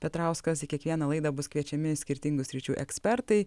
petrauskas į kiekvieną laidą bus kviečiami skirtingų sričių ekspertai